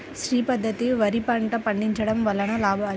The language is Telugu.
శ్రీ పద్ధతిలో వరి పంట పండించడం వలన లాభాలు?